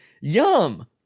Yum